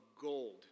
gold